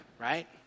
right